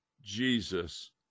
Jesus